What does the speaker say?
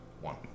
One